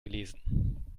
gelesen